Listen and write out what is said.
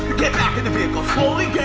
get back in the vehicle! slowly